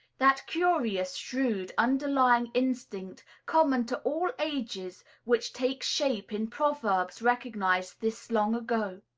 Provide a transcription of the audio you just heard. that curious, shrewd, underlying instinct, common to all ages, which takes shape in proverbs recognized this long ago.